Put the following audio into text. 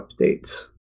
updates